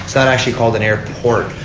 not actually called an airport.